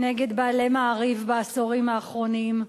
נגד בעלי "מעריב" בעשורים האחרונים,